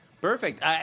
Perfect